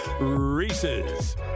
Reese's